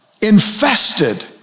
infested